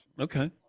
Okay